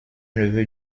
neveu